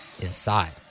inside